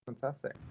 Fantastic